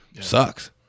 sucks